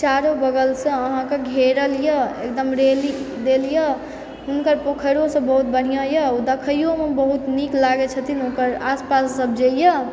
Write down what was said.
चारो बगलसँ अहाँके घेरल यऽ एकदम रेलिंग देल यऽ हुनकर पोखैरो सब बहुत बढ़िआँ यऽ देखैयोमे बहुत नीक लागै छथिन हुनकर आसपास सब जे यऽ